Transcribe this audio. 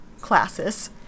classes